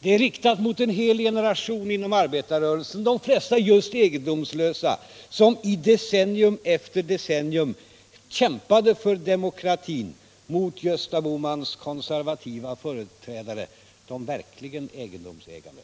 Det är riktat mot en hel generation inom arbetarrörelsen, de flesta just egendomslösa, som decennium efter decennium kämpade för demokratin mot Gösta Bohmans konservativa företrädare — de verkligen egendomsägande.